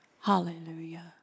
Hallelujah